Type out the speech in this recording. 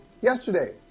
yesterday